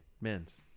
men's